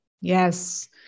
Yes